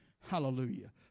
Hallelujah